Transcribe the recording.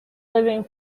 living